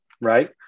right